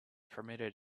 permitted